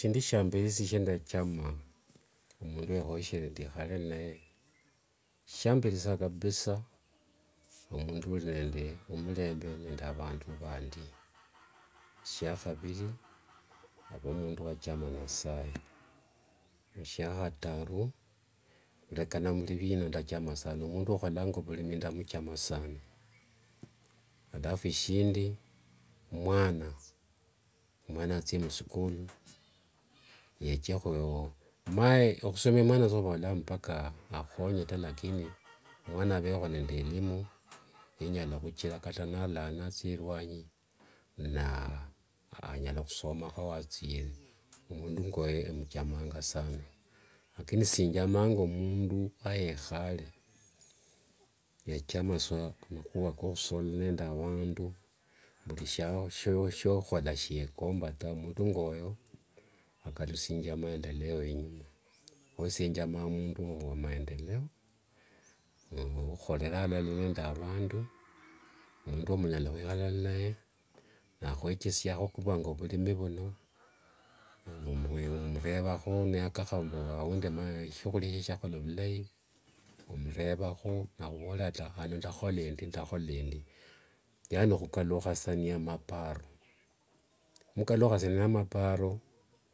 Shindu shiamberi shieshie ndachama, emundu wikhonyeshere ndekhale inaye, shiamberi sa kabisa omundu uli nende omulembe nende avandu vandi. Shiakhaviri ave mundu wachama nasaye eshiakhataru vhuleka ndachama sana. Omundu ukholanga vulimi, ndamuchama sana. Alafu shindi mwana, mwana athie musukuli yethekho, omaye khusomia omwana sikhuvolanga mpaka akhukhonye taa lakini mwana avekho nende elimu inyala khuchira kata narura nathia eruanyi na anyala khusomakho wathio. Mundu ngoyo emuthamanga sana. Lakini senthamanga omundu wiyikhale, yachamasa makhua kokhusolana nende avandu, vuli shiokhola siekomba tawe mundu ngoyo akalushingia maendeleo inyuma. khwesie njamanga omundu maendeleo. oukhorera alala nende vandu, omundu wa munyala khwikhala inaye nakhwcheshiakho vivanga vulimi vuno omurevakho shiahulia shiakhola vilai omurevakho nakhuvera taa ano ndakhola endii ndakhola endii. Yani khukalukhasia maparo mukalukhasanairia maporo.